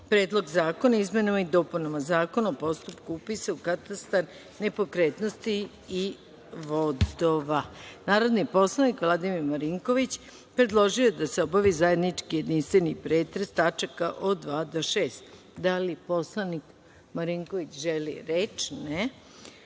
Predlog zakona o izmenama i dopunama Zakona o postupku upisa u katastar nepokretnosti i vodova. Narodni poslanik Vladimir Marinković predložio je da se obavi zajednički jedinstveni pretres tačaka od 2. do 6.Da li narodni poslanik Vladimir Marinković želi reč?